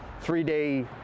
three-day